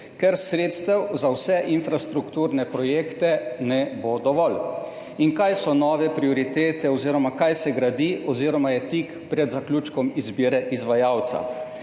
ker sredstev za vse infrastrukturne projekte ne bo dovolj. In kaj so nove prioritete oziroma kaj se gradi oziroma je tik pred zaključkom izbire izvajalca?